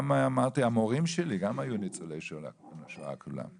גם המורים שלי היו ניצולי שואה כולם,